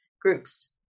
groups